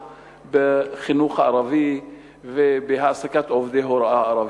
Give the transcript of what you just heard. בחינוך הערבי ובהעסקת עובדי הוראה ערבים.